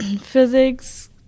physics